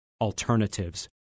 alternatives